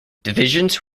divisions